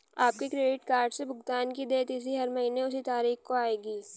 आपके credit card से भुगतान की देय तिथि हर महीने उसी तारीख को आएगी